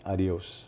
Adios